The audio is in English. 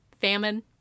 famine